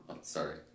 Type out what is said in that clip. Sorry